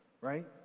right